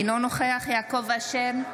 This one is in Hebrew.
אינו נוכח יעקב אשר,